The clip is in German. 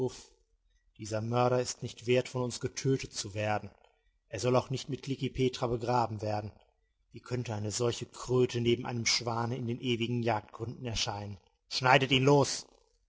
dieser mörder ist nicht wert von uns getötet zu werden er soll auch nicht mit klekih petra begraben werden wie könnte eine solche kröte neben einem schwane in den ewigen jagdgründen erscheinen schneidet ihn los